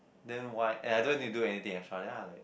then why and I don't need to do anything extra ya